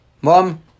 Mom